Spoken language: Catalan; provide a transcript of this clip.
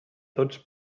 tots